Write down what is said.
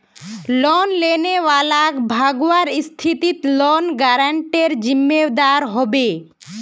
loan लेने वालाक भगवार स्थितित लोन गारंटरेर जिम्मेदार ह बे